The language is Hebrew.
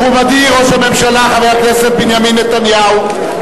מכובדי ראש הממשלה, חבר הכנסת בנימין נתניהו.